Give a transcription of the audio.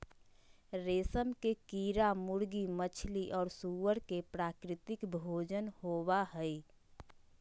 रेशम के कीड़ा मुर्गी, मछली और सूअर के प्राकृतिक भोजन होबा हइ